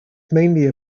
mainly